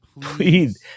please